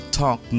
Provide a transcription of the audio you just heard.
talk